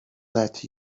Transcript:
let